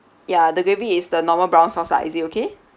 ya the gravy is the normal brown sauce lah is it okay